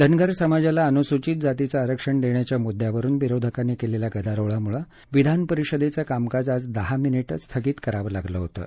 धनगर समाजाला अनुसूचित जातीचं आरक्षण देण्याच्या मुद्द्यावरून विरोधकांनी केलेल्या गदारोळामुळे विधान परिषदेचं कामकाज आज दहा मिनिटं स्थगित करावं लागलं होतं